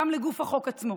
גם לגוף החוק עצמו: